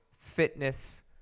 fitness